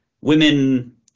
Women